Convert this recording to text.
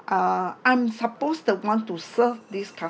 ah I'm supposed the one to serve this customer